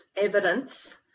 evidence